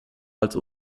als